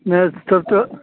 नहीं तब तो